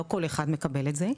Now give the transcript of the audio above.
לא כל אחד מקבל את זה,